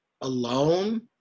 alone